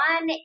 One